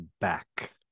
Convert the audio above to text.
back